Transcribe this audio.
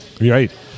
right